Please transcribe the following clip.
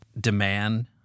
demand